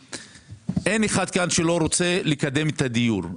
אין אחד כאן שלא רוצה לקדם את הדיור.